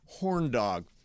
Horndog